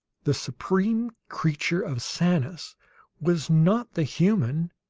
the supreme creature of sanus was, not the human,